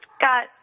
got